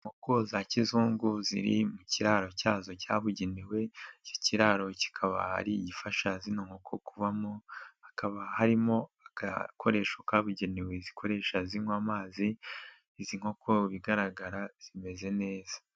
Inkoko za kizungu ziri mu kiraro cyazo cyabugenewe, iki kiraro kikaba ari gifasha zino nkoko kubamo hakaba harimo agakoresho kabugenewe zikoresha zinywa amazi, izi nkoko mu bigaragara zimeze neza.